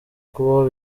kubaho